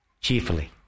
Cheerfully